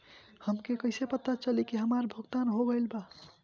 हमके कईसे पता चली हमार भुगतान हो गईल बा?